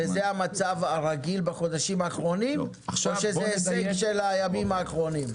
וזה המצב הרגיל בחודשים האחרונים או שזה הישג של הימים האחרונים?